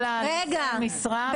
כל נושאי המשרה --- רגע,